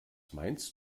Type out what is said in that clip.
meinst